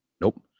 nope